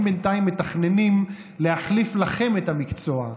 הם בינתיים מתכננים להחליף לכם את המקצוע,